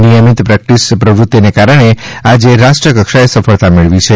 નીયમિત practice પ્રવૃતિને કારણે આજે રાષ્ટ્રકક્ષાએ સફળતા મેળવી છે